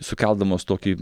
sukeldamos tokį